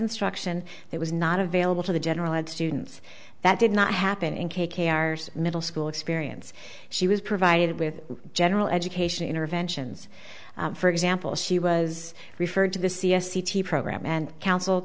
instruction that was not available to the general ed students that did not happen in k k our middle school experience she was provided with general education interventions for example she was referred to the c s c t program and coun